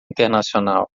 internacional